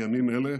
בימים אלה,